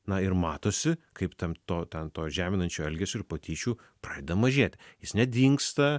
na ir matosi kaip tam to ten to žeminančio elgesio ir patyčių pradeda mažėti jis nedingsta